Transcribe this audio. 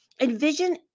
Envision